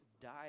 died